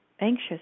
anxious